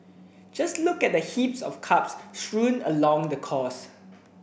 just look at the heaps of cups strewn along the course